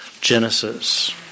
Genesis